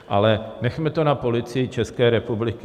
Ale nechme to na Policii České republiky.